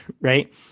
right